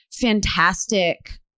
fantastic